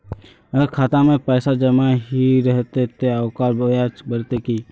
अगर खाता में पैसा जमा ही रहते ते ओकर ब्याज बढ़ते की?